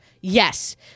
Yes